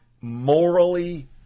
morally